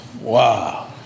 Wow